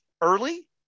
early